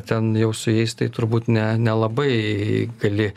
ten jau su jais tai turbūt ne nelabai gali